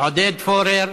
עודד פורר,